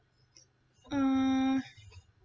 uh